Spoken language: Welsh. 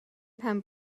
pen